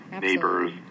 neighbors